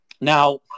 Now